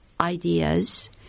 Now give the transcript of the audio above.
ideas